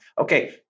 Okay